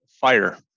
fire